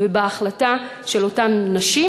ובהחלטה של אותן נשים,